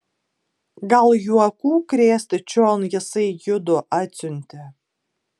gal juokų krėsti čion jisai judu atsiuntė